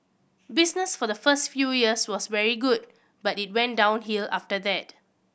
business for the first few years was very good but it went downhill after that